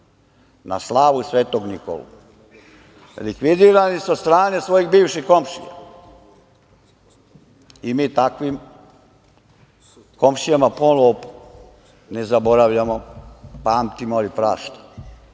na slavu Svetog Nikolu. Likvidirani su od strane svojih bivših komšija i mi takvim komšijama ne zaboravljamo, pamtimo, ali praštamo